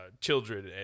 children